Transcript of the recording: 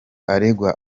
aregwa